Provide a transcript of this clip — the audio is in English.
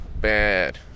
bad